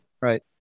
Right